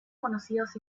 conocidos